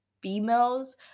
females